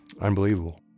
unbelievable